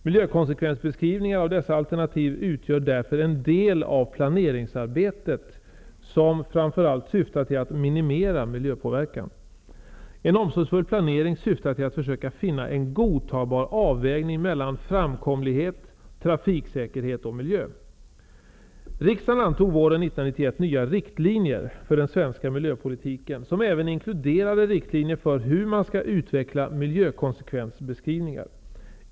Miljökonsekvensbeskrivningar av dessa alternativ utgör därför den del av planeringsarbetet som framför allt syftar till att minimera miljöpåverkan. En omsorgsfull planering syftar till att försöka finna en godtagbar avvägning mellan framkomlighet, trafiksäkerhet och miljö. Riksdagen antog våren 1991 nya riktlinjer för den svenska miljöpolitiken, som även inkluderade riktlinjer för hur man skall utveckla miljökonsekvensbeskrivningar.